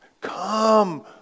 come